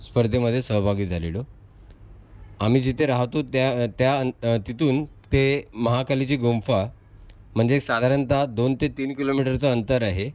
स्पर्धेमध्ये सहभागी झालेलो आम्ही जिथे राहतो त्या त्या आणि तिथून ते महाकालीची गुंफा म्हणजे साधारणतः दोन ते तीन किलोमीटरचं अंतर आहे